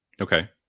Okay